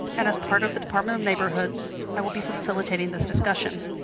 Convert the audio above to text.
and as part of the department of neighborhoods i will be facilitating this discussion.